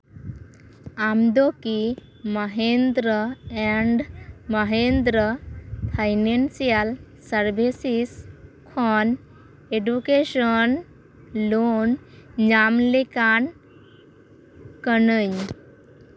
ᱟᱢ ᱫᱚ ᱠᱤ Mahindra and Mahindra financial services ᱠᱷᱚᱱ ᱮᱰᱩᱠᱮᱥᱚᱱ ᱞᱳᱱ ᱧᱟᱢ ᱞᱮᱠᱟᱱ ᱠᱟᱹᱱᱟᱹᱧ